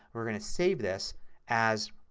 we're going to save this as